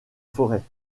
forêts